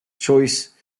choice